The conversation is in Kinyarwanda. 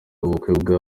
ubukwe